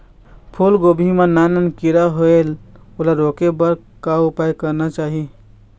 फूलगोभी मां नान नान किरा होयेल ओला रोके बर का उपाय करना चाही?